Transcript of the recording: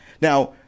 Now